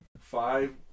five